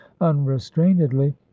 unrestrainedly